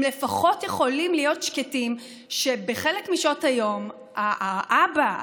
הם לפחות יכולים להיות שקטים שבחלק משעות היום האבא,